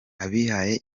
abihaye